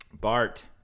Bart